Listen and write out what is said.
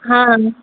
हम